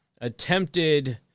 attempted